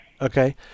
Okay